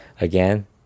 again